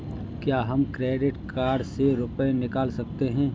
क्या हम credit card से रुपये निकाल सकते हैं?